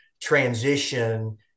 transition